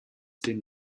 den